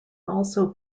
also